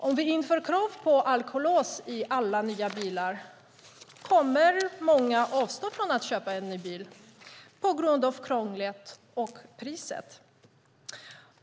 Om vi inför krav på alkolås i alla nya bilar kommer många att avstå från att köpa ny bil på grund av krånglet och priset.